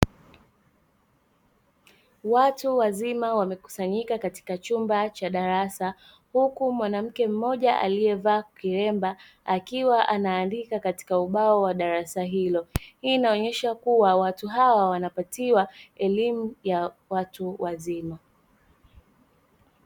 Watu wazima wamekusanyika katika chumba cha darasa. Huku mwanamke mmoja aliyevaa kilemba akiwa anaandika katika ubao wa darasa hilo. Hii inaonyesha kuwa watu hawa wanapatiwa elimu ya watu wazima.